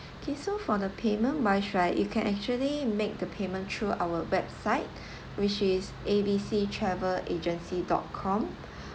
okay so for the payment wise right you can actually make the payment through our web which is A B C travel agency dot com